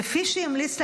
כפי שהמליץ לאחרונה,